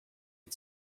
and